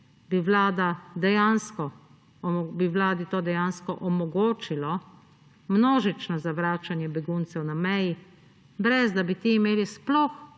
bi vladi to dejansko omogočilo množično zavračanje beguncev na meji, brez da bi ti imeli sploh